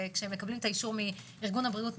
וכשמקבלים את האישור מארגון הבריאות,